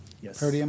Yes